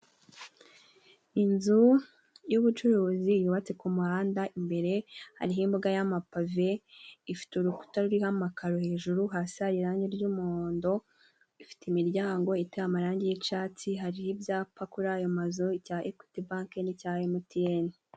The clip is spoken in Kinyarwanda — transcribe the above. Inzu y'ubucuruzi yubatse ku muhanda, imbere hariho imbuga y'amapave ifite urukuta ruriho amakaro hejuru, hasi hari irangi ry'umuhondo, ifite imiryango iteye amarangi y'icatsi, hari ibyapa kuri ayo mazu, icya Ekwiti Banki n'icya Emutiyeni.